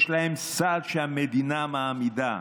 יש להן סל שהמדינה מעמידה.